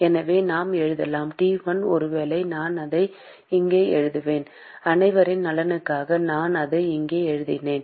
எனவே நாம் எழுதலாம் T1 ஒருவேளை நான் அதை இங்கே எழுதுவேன் அனைவரின் நலனுக்காக நான் அதை இங்கே எழுதுகிறேன்